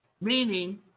meaning